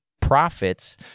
profits